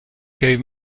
gave